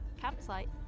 campsite